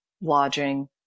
lodging